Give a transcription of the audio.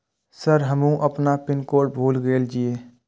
Sir हमू अपना PIN code भूल गेल जीये?